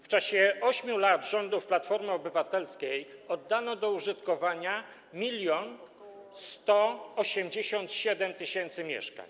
W czasie 8 lat rządów Platformy Obywatelskiej oddano do użytkowania 1187 tys. mieszkań.